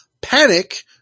panic